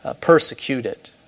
persecuted